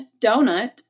donut